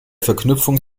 verknüpfung